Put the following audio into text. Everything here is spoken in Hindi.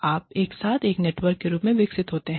आप एक साथ एक नेटवर्क के रूप में विकसित होते हैं